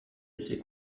essais